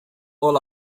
all